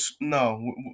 no